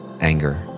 anger